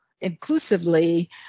inclusively